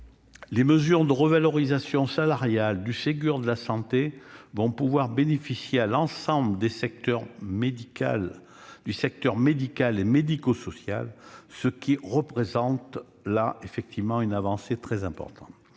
Les mesures de revalorisation salariale issues du Ségur de la santé pourront bénéficier à l'ensemble du secteur médical et médico-social, ce qui représente une avancée importante.